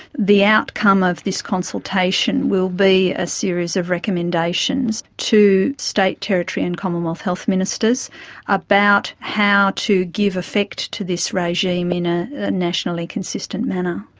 the outcome of this consultation will be a series of recommendations to state, territory and commonwealth health ministers about how to give effect to this regime in a nationally consistent manner.